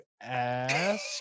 ask